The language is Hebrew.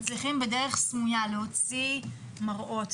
מצליחים בדרך סמויה להוציא מראות,